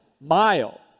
mile